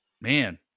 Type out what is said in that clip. man